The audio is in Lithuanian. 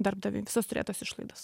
darbdaviui visas turėtas išlaidas